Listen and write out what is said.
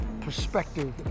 perspective